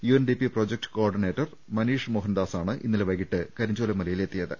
UNDP project coordinator Manish മോഹൻദാസാണ് ഇന്നലെ വൈകീട്ട് കരിഞ്ചോലമലയിൽ എത്തിയത്